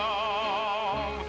oh